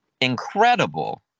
incredible